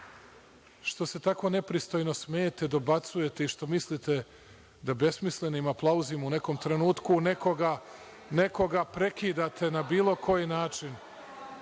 što se tako nepristojno smejete, dobacujete i mislite da besmislenim aplauzima u nekom trenutku nekoga prekidate na bilo koji način…(Saša